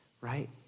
right